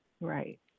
Right